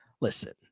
Listen